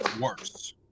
worse